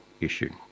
issue